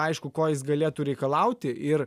aišku ko jis galėtų reikalauti ir